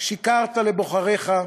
שיקרת לבוחריך,